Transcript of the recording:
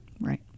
Right